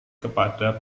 kepada